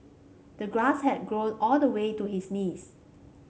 the grass had grown all the way to his knees